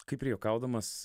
kaip ir juokaudamas